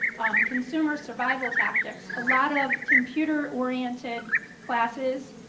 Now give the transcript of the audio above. consumer survivor tactics, a lot of computer oriented classes,